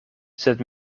sed